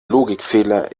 logikfehler